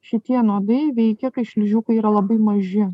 šitie nuodai veikia kai šliužiukai yra labai maži